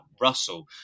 Russell